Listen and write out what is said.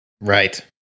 Right